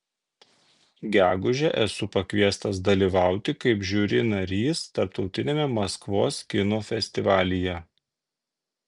gegužę esu pakviestas dalyvauti kaip žiuri narys tarptautiniame maskvos kino festivalyje